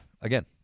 again